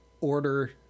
order